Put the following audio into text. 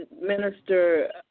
Minister